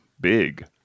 big